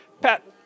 Pat